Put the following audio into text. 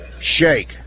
shake